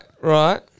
Right